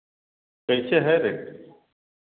कैसे हैं रेट